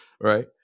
Right